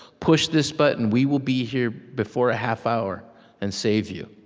push this button. we will be here before a half-hour and save you.